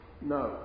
no